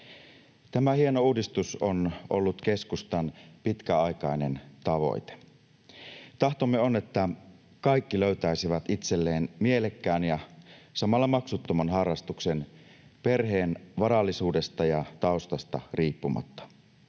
Tämä hieno uudistus on ollut keskustan pitkäaikainen tavoite. Tahtomme on, että kaikki löytäisivät itselleen mielekkään ja samalla maksuttoman harrastuksen perheen varallisuudesta ja taustasta riippumatta,